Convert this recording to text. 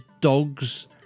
dogs